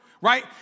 right